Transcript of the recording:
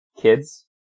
kids